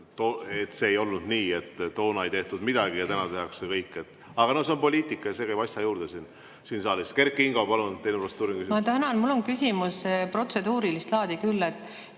See ei olnud nii, et toona ei tehtud midagi ja täna tehakse kõik. Aga no see on poliitika ja see käib asja juurde siin saalis. Kert Kingo, palun, teil on protseduuriline küsimus. Ma tänan. Mul on küsimus protseduurilist laadi küll.